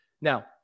Now